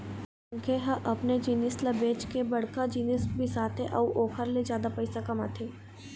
मनखे ह अपने जिनिस ल बेंच के बड़का जिनिस बिसाथे अउ ओखर ले जादा पइसा कमाथे